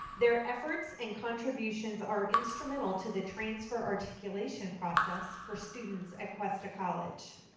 their efforts and contributions are instrumental to the transfer articulation process, for students at cuesta college.